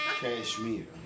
Cashmere